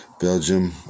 Belgium